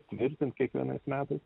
tvirtint kiekvienais metais